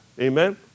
Amen